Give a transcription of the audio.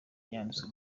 yanditswe